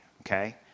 okay